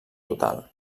total